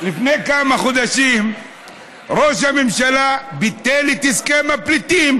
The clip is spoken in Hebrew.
לפני כמה חודשים ראש הממשלה ביטל את הסכם הפליטים.